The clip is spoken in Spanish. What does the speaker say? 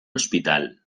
hospital